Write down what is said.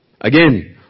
again